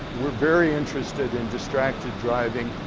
we're very interested in distracted driving.